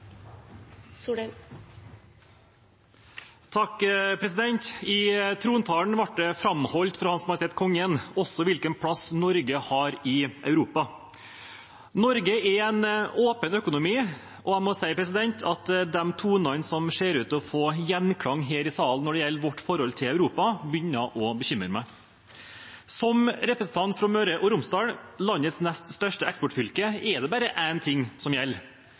I trontalen ble det framholdt fra Hans Majestet Kongen hvilken plass Norge har i Europa. Norge er en åpen økonomi, og jeg må si at de tonene som ser ut til å få gjenklang her i salen når det gjelder vårt forhold til Europa, begynner å bekymre meg. Som representant fra Møre og Romsdal, landets nest største eksportfylke, vil jeg si at det er bare én ting som gjelder: